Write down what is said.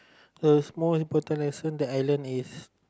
a small important lesson that I learn is